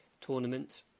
tournament